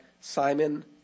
Simon